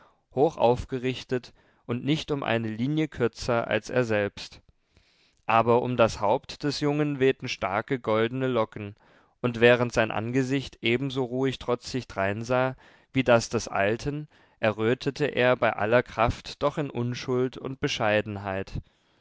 hoch aufgerichtet und nicht um eine linie kürzer als er selbst aber um das haupt des jungen wehten starke goldene locken und während sein angesicht ebenso ruhig trotzig dreinsah wie das des alten errötete er bei aller kraft doch in unschuld und bescheidenheit